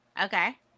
Okay